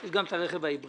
יש גם את הרכב ההיברידי,